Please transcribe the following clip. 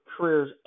career's